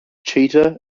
cheetah